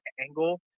angle